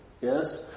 yes